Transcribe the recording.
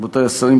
רבותי השרים,